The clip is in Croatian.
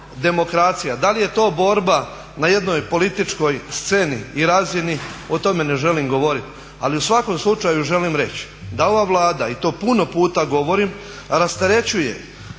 da li je to borba na jednoj političkoj sceni i razini, o tome ne želim govorit, ali u svakom slučaju želim reći da ova Vlada i to puno puta govorim rasterećuje